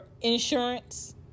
insurance